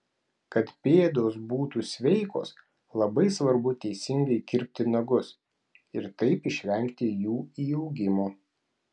kad pėdos būtų sveikos labai svarbu teisingai kirpti nagus ir taip išvengti jų įaugimo